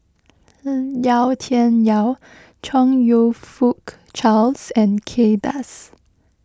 Yau Tian Yau Chong You Fook Charles and Kay Das